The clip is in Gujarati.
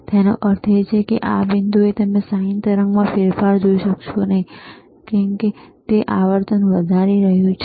તેનો અર્થ એ કે આ બિંદુએ તમે sin તરંગમાં ફેરફાર જોઈ શકશો નહીં કે તે આવર્તન વધારી રહ્યું છે